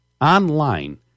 online